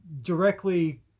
directly